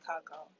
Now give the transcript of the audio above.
Chicago